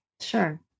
Sure